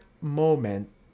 moment